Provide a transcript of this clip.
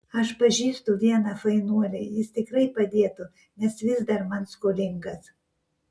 aš pažįstu vieną fainuolį jis tikrai padėtų nes vis dar man skolingas